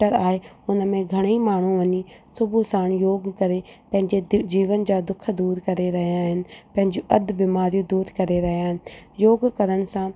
centre आहे उन में घणई माण्हूं वञी सुबूह साणु योगु करे पंहिंजे हिते जीवन जा दुख दूरि करे रहिया आहिनि पंहिंजूं अधु बीमारियूं दूरि करे रहिया आहिनि योग करण सां